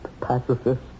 pacifist